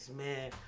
man